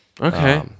Okay